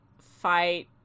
fight